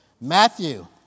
Matthew